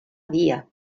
dia